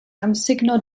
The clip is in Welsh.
amsugno